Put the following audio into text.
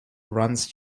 runs